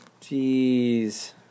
Jeez